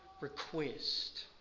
request